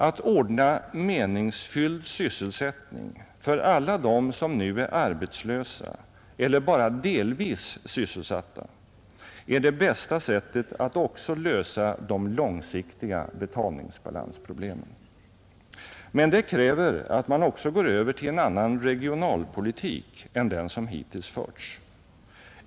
Att ordna meningsfylld sysselsättning för alla dem som nu är arbetslösa eller bara delvis sysselsatta är det bästa sättet att också lösa de långsiktiga betalningsbalansproblemen. Men det kräver att man också går över till en annan regionalpolitik än den som hittills förts.